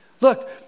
Look